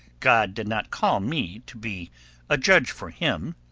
god did not call me to be a judge for him.